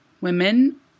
women